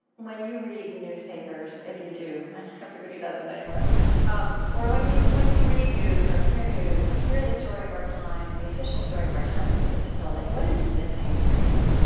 when you read newspapers, if you do everybody doesn't, anymore um or when you when you read news, or hear news, or hear the story of our time, the official story of our time as it gets told like what is missing, for you,